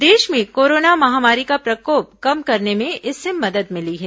देश में कोरोना महामारी का प्रकोप कम करने में इससे मदद मिली है